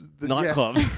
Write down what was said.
nightclub